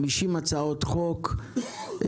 50 הצעות חוק,